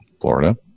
Florida